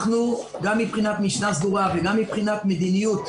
אנחנו, גם מבחינת משנה סדורה וגם מבחינת מדיניות,